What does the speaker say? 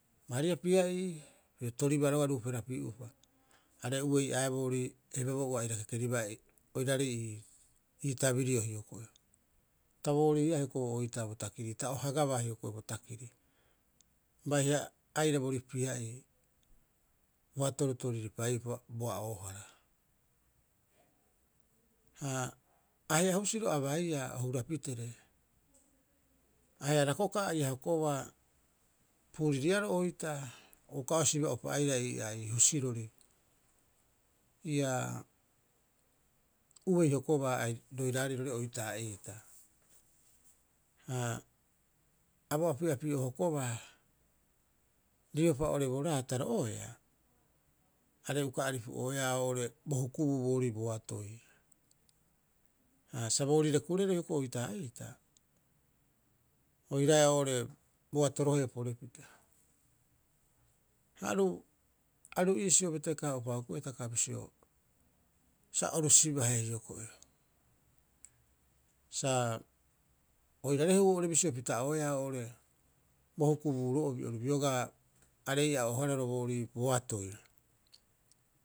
Baariha pia'ii piro toribaa roga'a ruuperapiu'upa, are uei'eaa boorii heuaaboo ua aira kekeribaa oiraarei ii tabirio hioko'i. Ta booriiaa hioko'i oitaa bo takirii, ta o hagabaa hioko'i bo takiri. Baiha aira boorii pia'ii uaha toritoriripaiupa bo a'oohara. Ha ahe'a husiro abaiia o hura pitee, ahe'a rakoka'a ia hokoba puuririaaro oitaa uka o siba'upa aira ii'aa ii husirori ia uei hokobaa roiraarei roo'ore oitaa'iita. Ha a bo api'api'oo ahokobaa riopa oo'ore bo raataro oea are uka aripu'oea oo'ore bo hukubuu boorii boatoi. Ha sa boorire kurereu hioko'i oitaa'iita oiraae oo'ore boato roheo porepita. Ha aru, aru iisio betekaa'upa hukuiia hitaka bisio, sa oru sibahe hioko'i sa oirarehuu oo'ore bisio pita'oeaa oo'ore bo hukubuuro'obi biogaa are'eia'oohararo boorii boatoi.